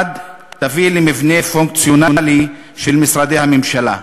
1. יביא למבנה פונקציונלי של משרדי הממשלה,